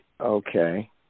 Okay